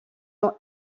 ont